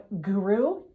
guru